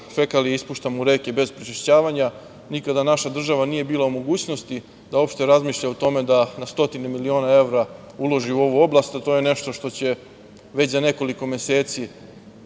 fekalije ispuštamo u reke bez prečišćavanja, nikada naša država nije bila u mogućnosti da uopšte razmišlja o tome da stotine milione evra uloži u ovu oblast, jer to je nešto što će već za nekoliko meseci